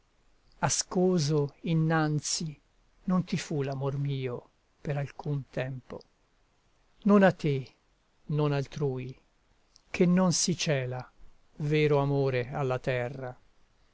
morte ascoso innanzi non ti fu l'amor mio per alcun tempo non a te non altrui che non si cela vero amore alla terra